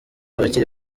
abakiri